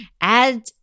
add